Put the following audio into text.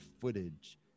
footage